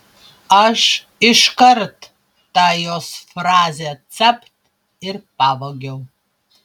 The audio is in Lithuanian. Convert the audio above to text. aš iškart tą jos frazę capt ir pavogiau